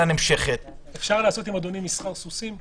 נמשכת -- אפשר לעשות עם אדוני סחר סוסים?